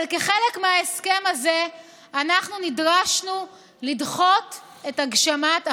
אבל כחלק מההסכם הזה אנחנו נדרשנו לדחות את הגשמת החלום.